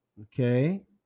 Okay